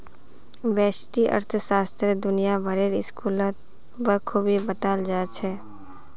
व्यष्टि अर्थशास्त्र दुनिया भरेर स्कूलत बखूबी बताल जा छह